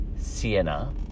Sienna